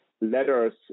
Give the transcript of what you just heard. letters